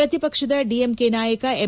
ಪ್ರತಿಪಕ್ಷದ ಡಿಎಂಕೆ ನಾಯಕ ಎಂ